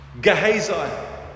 Gehazi